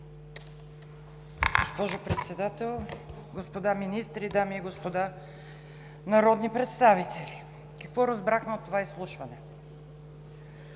Госпожо Председател, господа министри, дами и господа народни представители! Какво разбрахме от това изслушване?